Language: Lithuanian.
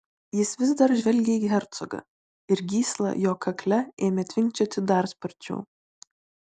jis vis dar žvelgė į hercogą ir gysla jo kakle ėmė tvinkčioti dar sparčiau